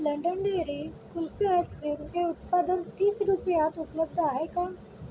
London dairy kulfi ice cream हे उत्पादन तीस रुपयात उपलब्ध आहे का